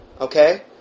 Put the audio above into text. Okay